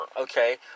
Okay